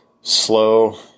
slow